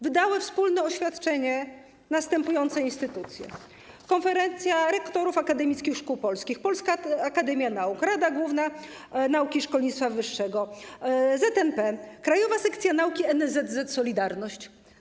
Wspólne oświadczenie wydały następujące instytucje: Konferencja Rektorów Akademickich Szkół Polskich, Polska Akademia Nauk, Rada Główna Nauki i Szkolnictwa Wyższego, ZNP, Krajowa Sekcja Nauki NSZZ ˝Solidarność˝